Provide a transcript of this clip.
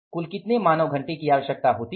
कुल कितने मानव घंटे की आवश्यकता होती है